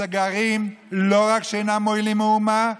הסגרים לא רק שאינם מועילים במאומה,